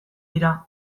dira